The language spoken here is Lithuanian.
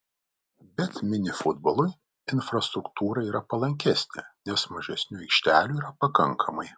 bet mini futbolui infrastruktūra yra palankesnė nes mažesniu aikštelių yra pakankamai